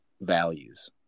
values